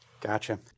Gotcha